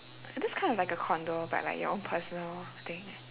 that's kinda like a condo but like your own personal things